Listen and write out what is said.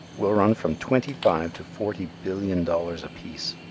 will run from twenty-five to forty billion dollars apiece.